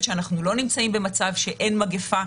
לדעתי אנחנו לא נמצאים במצב שאין מגיפה,